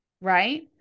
right